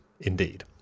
indeed